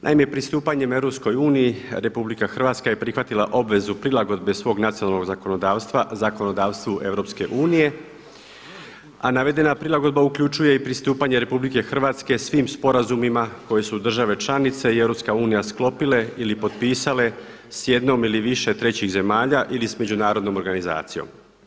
Naime, pristupanjem EU RH je prihvatila obvezu prilagodbe svog nacionalnog zakonodavstva zakonodavstvu EU, a navedena prilagodba uključuje i pristupanje RH svim sporazumima koje su države članice i EU sklopile ili potpisale s jednom ili više trećih zemalja ili s međunarodnom organizacijom.